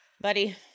Buddy